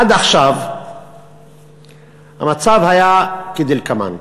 עד עכשיו המצב היה כדלקמן: